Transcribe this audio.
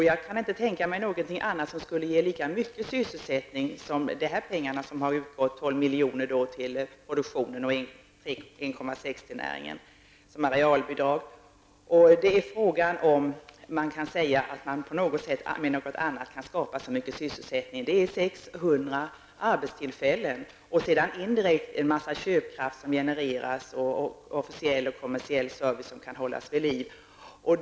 Jag kan inte tänka mig någon annan åtgärd som skulle kunna ge lika mycket sysselsättning som dessa 12 miljoner och 1,6 miljoner som har utgått till sysselsättningen resp. till näringen som arealbidrag. Frågan är om man på något annat sätt kan skapa så mycket sysselsättning. Det rör sig om 600 arbetstillfällen och indirekt mycket köpkraft som genereras samt officiell och kommersiell service som kan hållas vid liv.